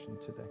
today